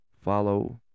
follow